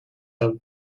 how